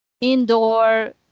indoor